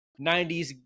90s